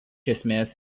esmės